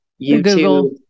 YouTube